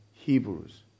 Hebrews